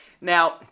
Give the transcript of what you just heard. Now